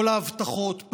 כל ההבטחות,